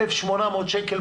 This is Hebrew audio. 1,800 שקל,